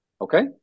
Okay